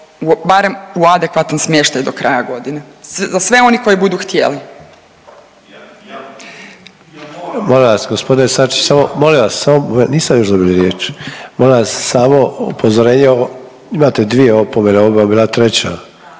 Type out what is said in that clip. barem u adekvatan smještaj do kraja godine za sve one koji budu htjeli.